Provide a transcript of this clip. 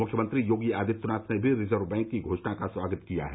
मुख्यमंत्री योगी आदित्यनाथ ने भी रिजर्व बैंक की घोषणा का स्वागत किया है